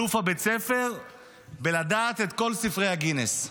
היה אלוף בית הספר בלדעת את כל ספרי גינס.